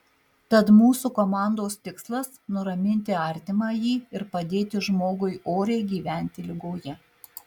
tad mūsų komandos tikslas nuraminti artimąjį ir padėti žmogui oriai gyventi ligoje